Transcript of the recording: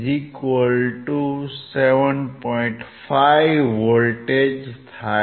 5V થાય